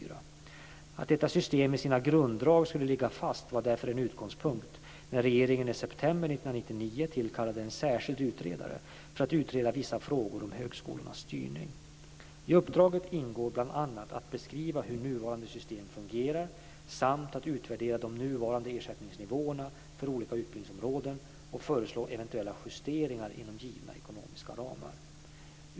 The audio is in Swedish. Att detta system i sina grunddrag skulle ligga fast var därför en utgångspunkt när regeringen i september 1999 tillkallade en särskild utredare för att utreda vissa frågor om högskolornas styrning. I uppdraget ingår bl.a. att beskriva hur nuvarande system fungerar samt att utvärdera de nuvarande ersättningsnivåerna för olika utbildningsområden och föreslå eventuella justeringar inom givna ekonomiska ramar.